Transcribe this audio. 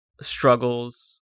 struggles